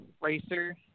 racer